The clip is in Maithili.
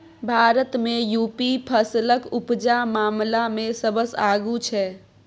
भारत मे युपी फसलक उपजा मामला मे सबसँ आगु छै